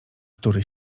który